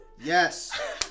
Yes